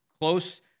close